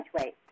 weight